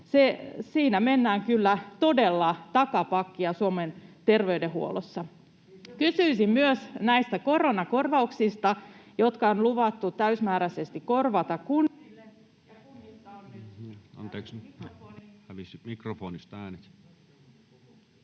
Siinä mennään kyllä todella takapakkia Suomen terveydenhuollossa. [Aki Lindénin välihuuto] Kysyisin myös näistä koronakorvauksista, jotka on luvattu täysimääräisesti korvata. Kun... [Puhujan mikrofoni